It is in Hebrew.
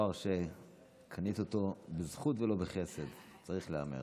תואר שקנית אותו בזכות ולא בחסד, צריך להיאמר.